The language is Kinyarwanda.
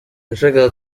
nashakaga